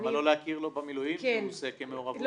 למה לא להכיר לו במילואים שהוא עושה כמעורבות